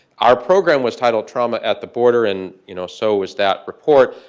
our program was titled trauma at the border and you know so was that report.